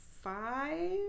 five